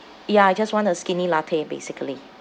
ya I just want a skinny latte basically